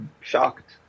shocked